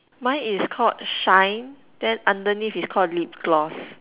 mine is called shine then underneath is called lip gloss